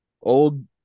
old